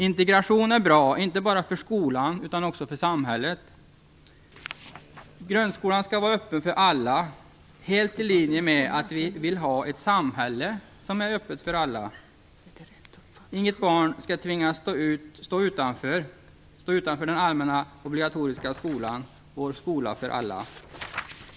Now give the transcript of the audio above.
Integrationen är bra inte bara för skolan, utan också för samhället. Grundskolan skall vara öppen för alla - helt i linje med att vi vill ha ett samhälle som är öppet för alla. Inget barn skall tvingas stå utanför den allmänna obligatoriska skolan - vår skola för alla.